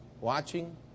Watching